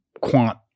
quant